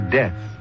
death